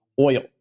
oil